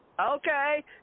Okay